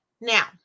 Now